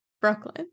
brooklyn